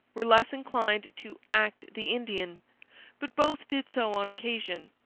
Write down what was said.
were less inclined to act the indian but both did so on occasion.